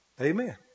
Amen